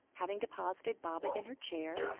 having deposited baba in her chair,